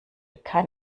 kein